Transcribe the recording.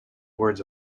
words